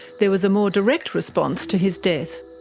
there was a more direct response to his death.